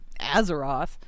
Azeroth